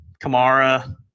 Kamara